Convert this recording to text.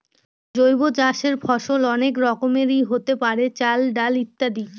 জৈব চাষের ফসল অনেক রকমেরই হতে পারে, চাল, ডাল ইত্যাদি